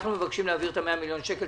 אנחנו מבקשים להעביר 100 מיליון שקל,